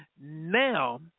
Now